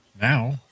Now